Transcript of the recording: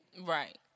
right